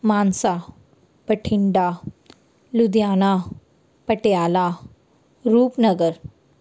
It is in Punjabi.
ਮਾਨਸਾ ਬਠਿੰਡਾ ਲੁਧਿਆਣਾ ਪਟਿਆਲਾ ਰੂਪਨਗਰ